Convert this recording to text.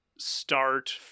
start